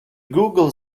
google